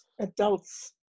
adults